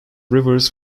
rivers